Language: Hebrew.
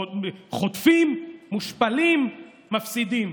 חוטפים, מושפלים, מפסידים.